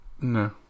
no